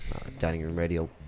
diningroomradio